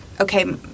okay